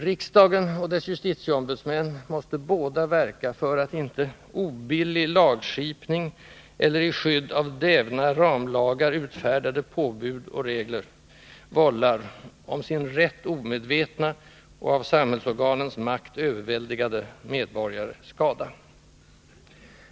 Riksdagen och dess justitieombudsmän måste båda verka för att inte obillig lagskipning eller i skydd av dävna ramlagar utfärdade påbud och regler vållar om sin rätt omedvetna och av samhällsorganens makt överväldigade medborgare skada.